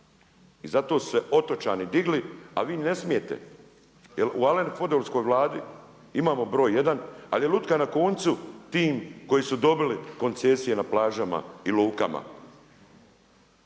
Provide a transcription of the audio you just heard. i zato su se otočani digli a vi ne smijete jer u Alen Fordovskoj Vladi imamo br. 1., ali je lutka na koncu tim koji su dobili koncesije na plažama i lukama.